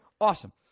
Awesome